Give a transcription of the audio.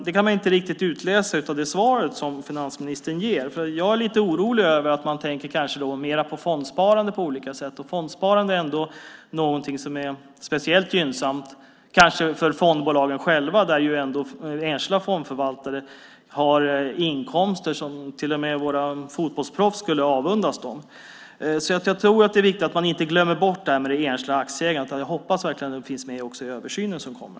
Det kan man inte riktigt utläsa av det svar som finansministern ger. Jag är lite orolig över att man tänker mer på fondsparande på olika sätt. Fondsparande är ändå någonting som kanske är speciellt gynnsamt för fondbolagen själva, där enskilda fondförvaltare har inkomster som till och med våra fotbollsproffs skulle avundas. Jag tror att det är viktigt att man inte glömmer bort det enskilda aktieägandet. Jag hoppas verkligen att det finns med i den översyn som kommer.